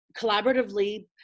collaboratively